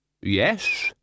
Yes